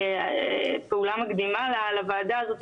כפעולה מקדימה לוועדה הזאת,